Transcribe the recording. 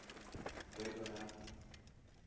ᱦᱩᱭᱩᱜ ᱠᱟᱱᱟ